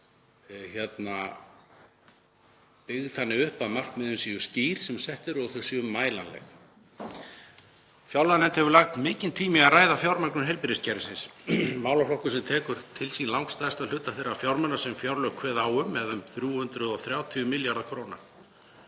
sé byggð þannig upp að markmiðin séu skýr sem sett eru og þau séu mælanleg. Fjárlaganefnd hefur lagt mikinn tíma í að ræða fjármögnun heilbrigðiskerfisins, málaflokk sem tekur til sín langstærstan hluta þeirra fjármuna sem fjárlög kveða á um eða um 330 milljarða kr.